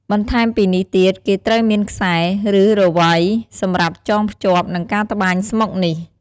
បន្ថែមពីនេះទៀត គេត្រូវមានខ្សែ ឬរវៃ សម្រាប់ចងភ្ជាប់ និងការត្បាញស្មុកនេះ។